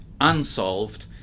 unsolved